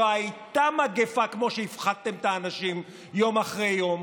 לא הייתה מגפה כמו שהפחדתם את האנשים יום אחרי יום.